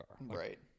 Right